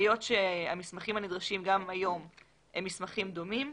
היות שהמסמכים הנדרשים גם היום הם מסמכים דומים,